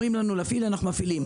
אומרים לנו להפעיל אז אנחנו מפעילים.